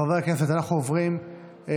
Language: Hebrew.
חברי הכנסת, אנחנו עוברים להצבעה.